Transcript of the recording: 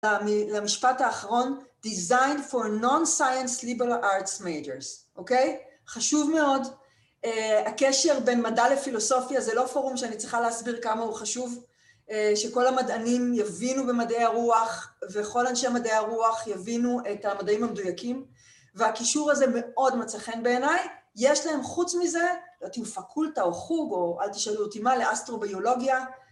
למשפט האחרון, design for non-science liberal arts majors, אוקיי? חשוב מאוד, הקשר בין מדע לפילוסופיה, זה לא פורום שאני צריכה להסביר כמה הוא חשוב, שכל המדענים יבינו במדעי הרוח, וכל אנשי מדעי הרוח יבינו את המדעים המדויקים, והקישור הזה מאוד מצא בעיניי, יש להם חוץ מזה, לדעתי פקולטה או חוג, או אל תשאלו אותי מה, לאסטרוביולוגיה,